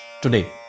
today